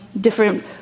different